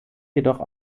jedoch